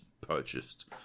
purchased